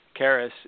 Karis